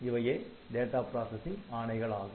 இவையே data processing ஆணைகளாகும்